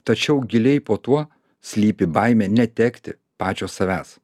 tačiau giliai po tuo slypi baimė netekti pačio savęs